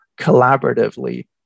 collaboratively